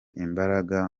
imbaraga